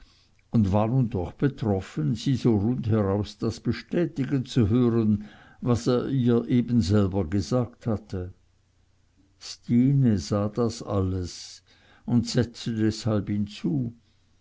und war nun doch betroffen sie so rundheraus das bestätigen zu hören was er ihr selber eben gesagt hatte stine sah das alles und setzte deshalb hinzu